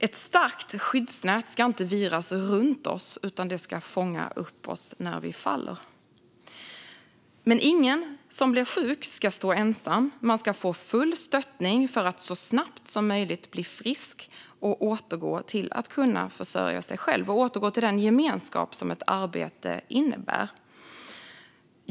Ett starkt skyddsnät ska inte viras runt oss, utan det ska fånga upp oss när vi faller. Men ingen som blir sjuk ska stå ensam. Man ska få full stöttning för att så snabbt som möjligt bli frisk, återgå till att kunna försörja sig själv och återgå till den gemenskap som ett arbete innebär.